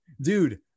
dude